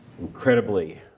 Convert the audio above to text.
incredibly